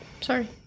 Sorry